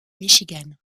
michigan